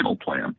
Plan